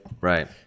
Right